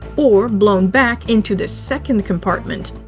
or blown back into the second compartment.